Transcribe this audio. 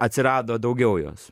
atsirado daugiau jos